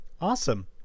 Awesome